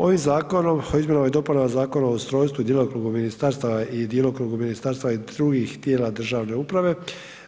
Ovim zakonom o izmjenama i dopunama Zakona o ustrojstvu i djelokrugu ministarstava i drugih tijela državne uprave